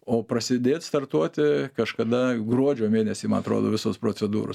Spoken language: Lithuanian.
o prasidėt startuoti kažkada gruodžio mėnesį ma atrodo visos procedūros